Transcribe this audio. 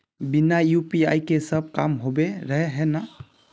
बिना यु.पी.आई के सब काम होबे रहे है ना?